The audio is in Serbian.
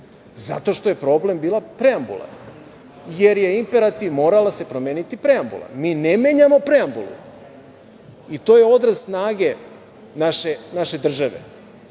Zato što je problem bila preambula, jer je imperativ da se morala promeniti preambula. Mi ne menjamo preambulu i to je odraz snage naše države,